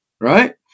right